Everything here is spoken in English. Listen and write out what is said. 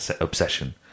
obsession